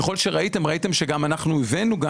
ראיתם שגם אנחנו הבאנו,